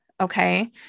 okay